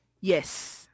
yes